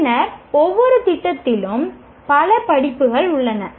பின்னர் ஒவ்வொரு திட்டத்திலும் பல படிப்புகள் உள்ளன